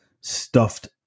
stuffed